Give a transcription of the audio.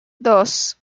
dos